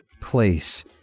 place